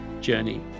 journey